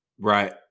Right